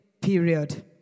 period